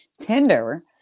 Tinder